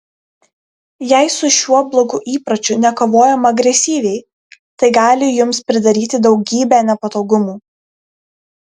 jei su šiuo blogu įpročiu nekovojama agresyviai tai gali jums pridaryti daugybę nepatogumų